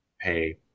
pay